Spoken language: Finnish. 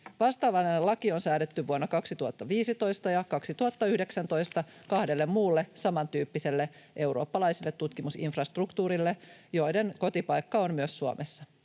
Vastaavanlainen laki on säädetty vuonna 2015 ja 2019 kahdelle muulle samantyyppiselle eurooppalaiselle tutkimusinfrastruktuurille, joiden kotipaikka on myös Suomessa.